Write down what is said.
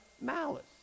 malice